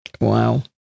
Wow